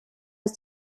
ist